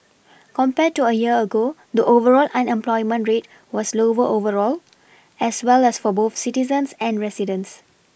compared to a year ago the overall unemployment rate was lower overall as well as for both citizens and residents